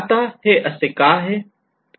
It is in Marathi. आता हे असे का आहे